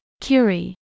Curie